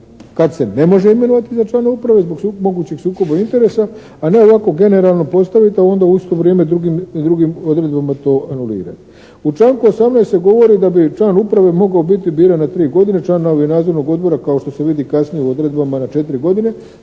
kad se ne može imenovati za člana uprave zbog mogućeg sukoba interesa a ne ovako generalno postaviti a onda u isto vrijeme drugim odredbama to …/Govornik se ne razumije./… U članku 18. se govori da bi član uprave mogao biti biran na tri godine, članovi nadzornog odbora kao što se vidi kasnije u odredbama na četiri godine.